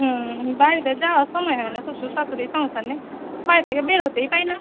হুম বাড়িতে যাওয়ার সময় হয় না শ্বশুর শাশুড়ি সংসার নিয়ে বাড়ি থেকে বের হতেই পারি না